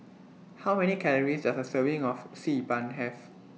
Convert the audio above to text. How Many Calories Does A Serving of Xi Ban Have